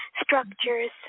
structures